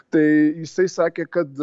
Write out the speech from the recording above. tai jisai sakė kad